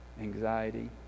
anxiety